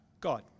God